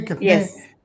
Yes